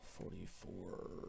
Forty-four